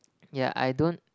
yeah I don't